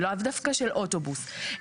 לאו דווקא של אוטובוס,